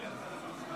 להלן תוצאות